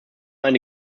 eine